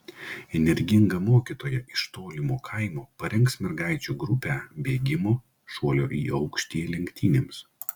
energinga mokytoja iš tolimo kaimo parengs mergaičių grupę bėgimo šuolio į aukštį lenktynėms